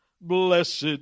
Blessed